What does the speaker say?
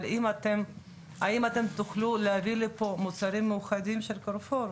אבל האם אתם תוכלו להביא לפה מוצרים מיוחדים של 'קרפור',